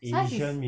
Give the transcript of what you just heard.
science is